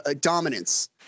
dominance